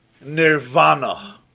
nirvana